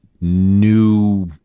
new